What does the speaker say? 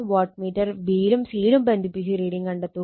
what meter b യിലും c യിലും ബന്ധിപ്പിച്ച് റീഡിങ് കണ്ടെത്തുക